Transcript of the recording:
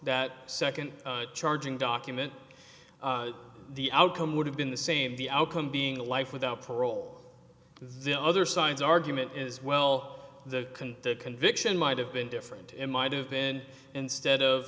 that second charging document the outcome would have been the same the outcome being a life without parole the other side's argument is well the conviction might have been different in might have been instead of